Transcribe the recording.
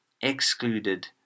excluded